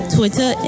Twitter